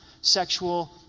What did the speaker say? sexual